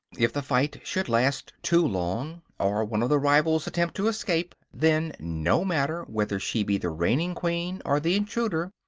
if the fight should last too long, or one of the rivals attempt to escape, then, no matter whether she be the reigning queen or the intruder,